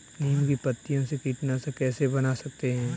नीम की पत्तियों से कीटनाशक कैसे बना सकते हैं?